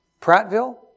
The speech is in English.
Prattville